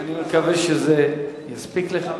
אני מקווה שזה יספיק לך.